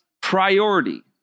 Priority